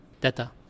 data